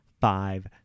Five